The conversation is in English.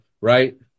right